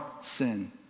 sin